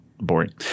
boring